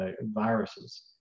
viruses